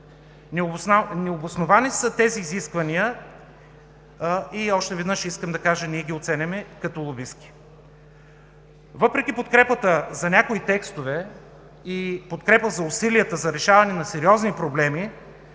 Необосновани са тези изисквания. Още веднъж искам да кажа, че ние ги оценяваме като лобистки. Въпреки подкрепата за някои текстове и подкрепата за усилията за решаване на сериозни проблеми,